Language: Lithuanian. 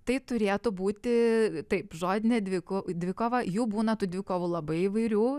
tai turėtų būti taip žodinė dviko dvikova jų būna tų dvikovų labai įvairių